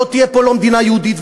לא תהיה פה מדינה יהודית,